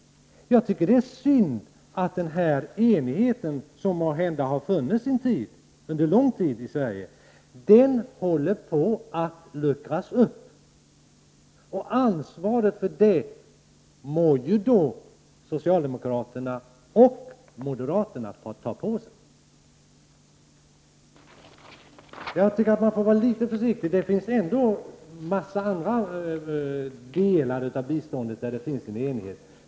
Jag tycker att det är synd att den enighet som måhända har funnits under lång tid i Sverige, håller på att luckras upp. Ansvaret för detta må socialdemokraterna och moderaterna ta på sig. Det finns dock andra delar i biståndet där det finns en enighet.